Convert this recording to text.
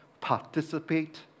participate